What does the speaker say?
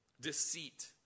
Deceit